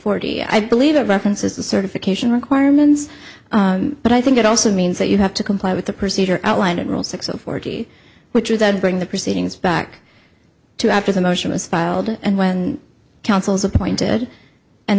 forty i believe it references the certification requirements but i think it also means that you have to comply with the procedure outlined in rule six of forty which was that during the proceedings back to after the motion was filed and when counsel's appointed and